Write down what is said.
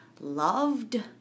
loved